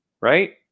right